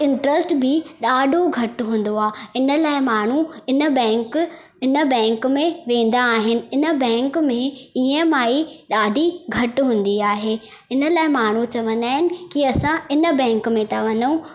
interest बि ॾाढो घटि हूंदो आहे इन लाइ माण्हू इन बैंक इन बैंक में वेंदा आहिनि इन बैंक में ई एम आई ॾाढी घटि हूंदी आहे इन लाइ माण्हू चवंदा आहिनि की असां इन बैंक में था वञूं